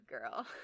girl